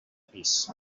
pis